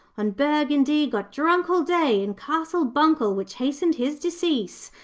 on burgundy got drunk all day in castle buncle, which hastened his decease.